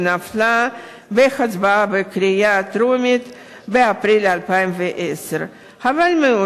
שנפלה בהצבעה בקריאה טרומית באפריל 2010. חבל מאוד